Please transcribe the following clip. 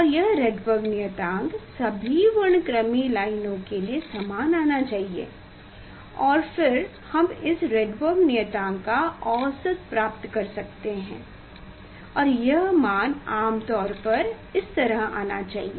और यह राइडबर्ग नियतांक सभी वर्णक्रमीय लाइनों के लिए समान आना चाहिए और फिर हम इस राइडबर्ग नियतांक का औसत प्राप्त कर सकते है और यह मान आमतौर पर इस तरह आना चाहिए